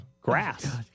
grass